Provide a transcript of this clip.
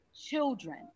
children